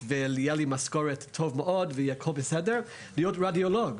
ושתהיה לו משכורת טוב מאוד והכל יהיה בסדר שיהיה רדיולוג.